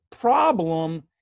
problem